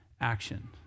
action